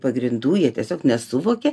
pagrindų jie tiesiog nesuvokia